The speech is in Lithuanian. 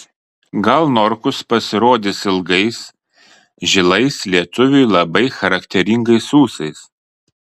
gal norkus pasirodys ilgais žilais lietuviui labai charakteringais ūsais